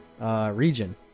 region